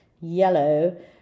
yellow